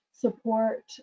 support